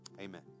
amen